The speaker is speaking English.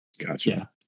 gotcha